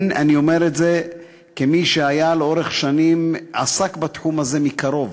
אני אומר את זה כמי שעסק לאורך שנים בתחום הזה מקרוב,